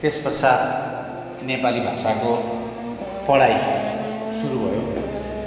त्यस पश्चात् नेपाली भाषाको पढाइ सुरु भयो